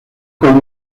con